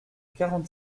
quarante